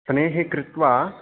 सनैः कृत्वा